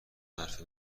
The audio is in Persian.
حرف